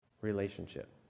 relationship